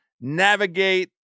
navigate